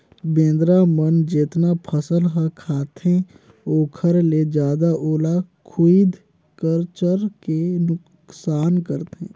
बेंदरा मन जेतना फसल ह खाते ओखर ले जादा ओला खुईद कचर के नुकनास करथे